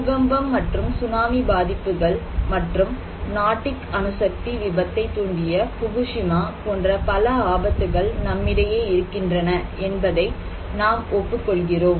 பூகம்பம் மற்றும் சுனாமி பாதிப்புகள் மற்றும் நாட்டிக் அணுசக்தி விபத்தைத் தூண்டிய புகுஷிமா போன்ற பல ஆபத்துகள் நம்மிடையே இருக்கின்றன என்பதை நாம் ஒப்புக் கொள்கிறோம்